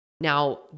Now